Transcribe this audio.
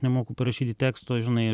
nemoku parašyti teksto žinai